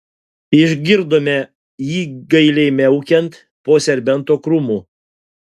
išgirdome jį gailiai miaukiant po serbento krūmu